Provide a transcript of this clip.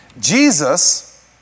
Jesus